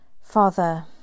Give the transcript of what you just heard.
Father